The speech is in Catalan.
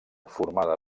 formada